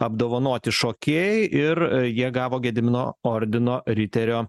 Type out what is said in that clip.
apdovanoti šokėjai ir jie gavo gedimino ordino riterio